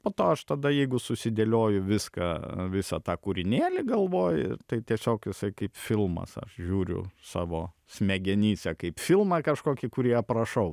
po to aš tada jeigu susidėlioju viską visą tą kūrinėlį galvoj tai tiesiog jisai kaip filmas aš žiūriu savo smegenyse kaip filmą kažkokį kurį aprašau